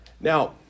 now